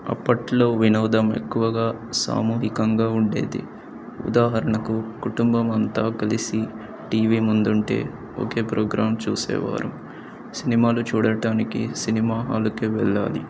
అప్పట్లో వినోదం ఎక్కువగా సామూహికంగా ఉండేది ఉదాహరణకు కుటుంబం అంతా కలిసి టీవీ ముందుంటే ఒకే ప్రోగ్రాం చూసేవారు సినిమాలు చూడటానికి సినిమా హాలుకే వెళ్ళాలి